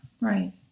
Right